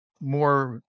more